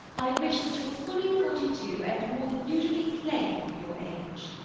i wish that you were fully forty-two, and more than usually plain for your age.